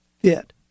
fit